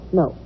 no